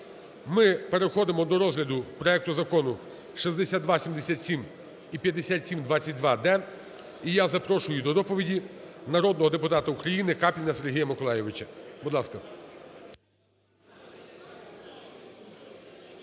Ми переходимо до розгляду проекту Закону 6277 і 5722-д. І я запрошую до доповіді народного депутата України Капліна Сергія Миколайовича. Будь ласка.